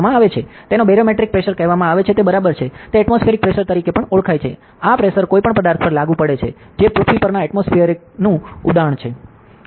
તેને barometric pressure કહેવામાં આવે છે તે બરાબર છે તે એટમોસ્ફિએરિક પ્રેશર તરીકે પણ ઓળખાય છે આ પ્રેશર કોઈપણ પદાર્થ પર લાગુ પડે છે જે પૃથ્વી પરના એટમોસ્ફિઅરનું ઉદાહરણ છે